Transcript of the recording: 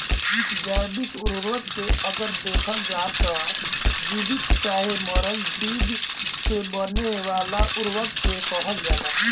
जैविक उर्वरक के अगर देखल जाव त जीवित चाहे मरल चीज से बने वाला उर्वरक के कहल जाला